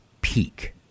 peak